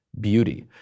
beauty